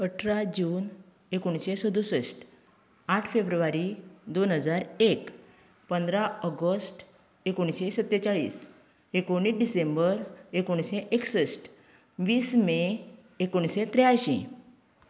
अठरा जून एकोणीशें सदुसश्ट आठ फेब्रुवारी दोन हजार एक पंदरा ऑगस्ट एकोणशें सत्तेचाळीस एकोणीस डिसेंबर एकोणशें एकसश्ट वीस मे एकोणशें त्र्यायंशी